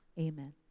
amen